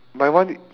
my one